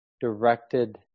directed